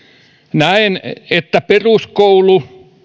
näen että peruskoulu